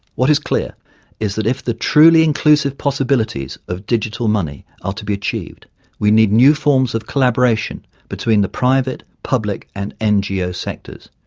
what is clear is that if the truly inclusive possibilities of digital money are to be achieved we need new forms of collaboration between the private, public and ngo sectors,